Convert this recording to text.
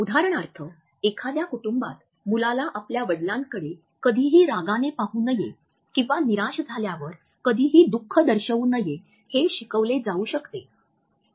उदाहरणार्थ एखाद्या कुटुंबात मुलाला आपल्या वडिलांकडे कधीही रागाने पाहू नये किंवा निराश झाल्यावर कधीही दुःख दर्शवू नये हे शिकवले जाऊ शकते